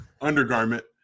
undergarment